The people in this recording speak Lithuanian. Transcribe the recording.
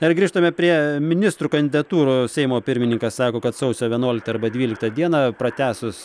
na ir grįžtame prie ministrų kandidatūrų seimo pirmininkas sako kad sausio vienuoliktą arba dvyliktą dieną pratęsus